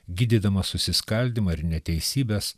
gydydama susiskaldymą ir neteisybes